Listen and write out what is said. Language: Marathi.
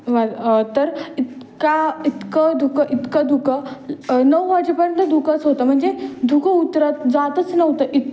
वाल् तर इतका इतकं धुकं इतकं धुकं नऊ वाजेपर्यंत धुकंच होतं म्हणजे धुकं उतरत जातच नव्हतं इत